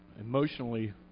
Emotionally